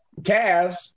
Cavs